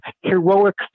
heroic